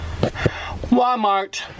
walmart